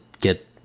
get